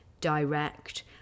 direct